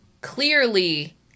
clearly